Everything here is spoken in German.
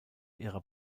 ihrer